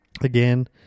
Again